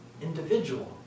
individual